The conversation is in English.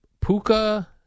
Puka